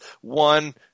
One